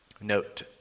Note